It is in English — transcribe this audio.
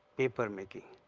paper making.